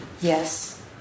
Yes